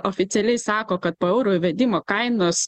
oficialiai sako kad po euro įvedimo kainos